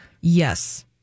Yes